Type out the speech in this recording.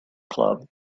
club